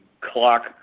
clock